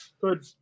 good